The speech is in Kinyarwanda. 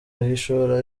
ahishura